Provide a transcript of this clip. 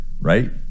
right